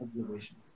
observation